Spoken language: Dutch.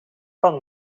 van